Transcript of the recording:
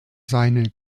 seine